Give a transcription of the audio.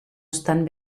estan